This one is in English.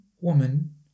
woman